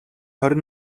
хорин